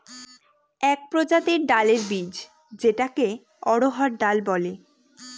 এক প্রজাতির ডালের বীজ যেটাকে অড়হর ডাল বলে